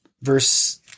verse